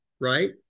right